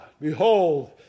Behold